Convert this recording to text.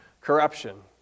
corruption